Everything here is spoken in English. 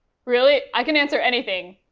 really? i can answer anything.